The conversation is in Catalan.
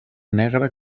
negre